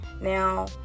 Now